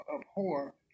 abhor